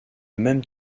même